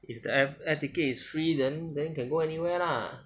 if the aer~ air ticket is free then then can go anywhere lah